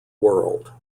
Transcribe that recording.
world